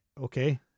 Okay